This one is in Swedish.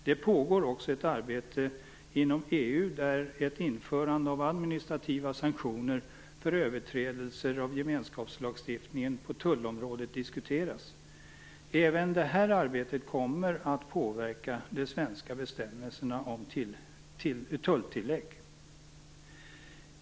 Det pågår också ett arbete inom EU där ett införande av administrativa sanktioner för överträdelser av gemenskapslagstiftningen på tullområdet diskuteras. Även det här arbetet kommer att påverka de svenska bestämmelserna om tulltillägg.